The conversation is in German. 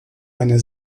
eine